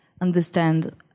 understand